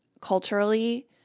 culturally